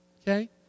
okay